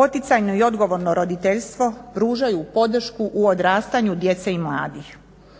poticajno i odgovorno roditeljstvo, pružaju podršku u odrastanju djece i mladih.